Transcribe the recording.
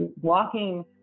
walking